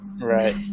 Right